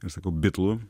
ir sakau bitlų